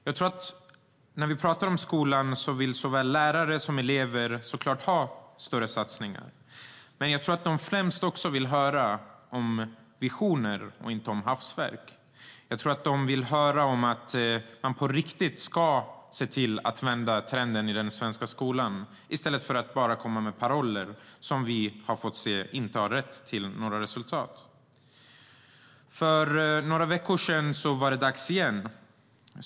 När det gäller skolan tror jag att såväl lärare som elever självklart vill ha större satsningar, men jag tror att de främst vill höra om visioner och inte om hafsverk. Jag tror att de vill höra att man på riktigt ska se till att vända trenden i den svenska skolan i stället för att bara komma med paroller som vi ser inte har lett till några resultat. För några veckor sedan var det dags igen.